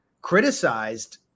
criticized